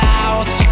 out